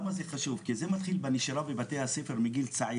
אנחנו לא נתייחס למקרה הספציפי של ליטל,